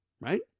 Right